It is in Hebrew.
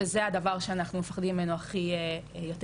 וזה הדבר שאנחנו מפחדים ממנו יותר מכל.